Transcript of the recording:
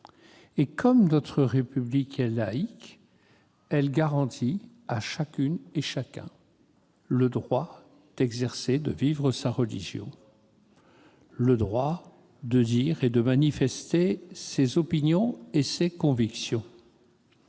Comme notre République est laïque, elle garantit à chacune et à chacun le droit d'exercer, de vivre sa religion, le droit de dire et de manifester ses opinions et ses convictions.